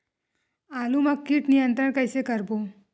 आलू मा कीट नियंत्रण कइसे करबो?